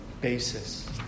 basis